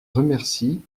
remercie